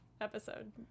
episode